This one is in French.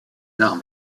arts